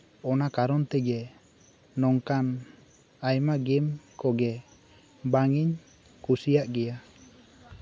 ᱚᱱᱟ ᱠᱟᱨᱚᱱ ᱛᱮᱜᱮ ᱱᱚᱝᱠᱟᱱ ᱟᱭᱢᱟ ᱜᱮᱢ ᱠᱚᱜᱮ ᱵᱟᱝᱤᱧ ᱠᱩᱥᱤᱭᱟᱜ ᱜᱮᱭᱟ